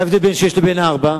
מה ההבדל בין שש לבין ארבע?